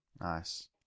Nice